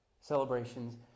celebrations